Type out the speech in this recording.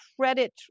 credit